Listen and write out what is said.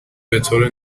بطور